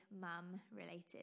mum-related